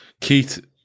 Keith